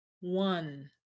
one